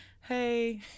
hey